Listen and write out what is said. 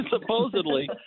supposedly